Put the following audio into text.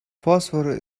phosphorus